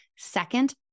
Second